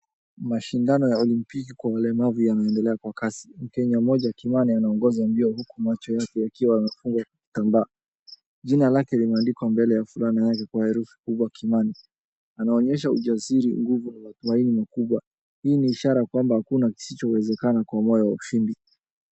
Mashindano ya olimpiki kwa ulemavu yanaendelea kwa kasi. Mkenya mmoja Kimani anaongoza mbio huku macho yake yakiwa yamefungwa kitambaa. Jina lake limeandikwa mbele ya fulana yake kwa herufi kubwa Kimani. Anaonyesha ujasiri, nguvu na matumaini makubwa. Hii ni ishara kwamba hakuna kisichowezekana kwa moyo wa ushindi.